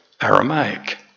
Aramaic